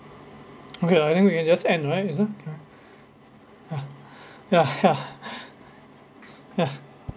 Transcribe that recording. okay I think we can just end right is uh ya ha ya